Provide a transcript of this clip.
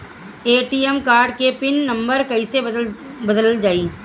ATM card के pin number कईसे बदलल जाई?